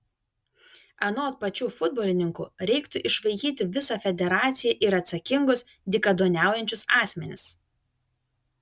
anot pačių futbolininkų reiktų išvaikyti visą federaciją ir atsakingus dykaduoniaujančius asmenis